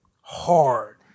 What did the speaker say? hard